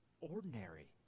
ordinary